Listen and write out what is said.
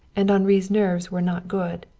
and henri's nerves were not good.